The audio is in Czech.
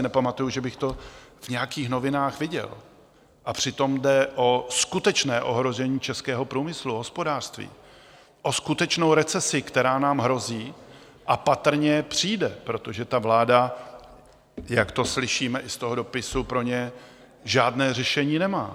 Já si nepamatuju, že bych to v nějakých novinách viděl, a přitom jde o skutečné ohrožení českého průmyslu, hospodářství, o skutečnou recesi, která nám hrozí a patrně přijde, protože vláda, jak to slyšíme i z toho dopisu pro ně, žádné řešení nemá.